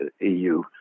EU